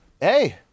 hey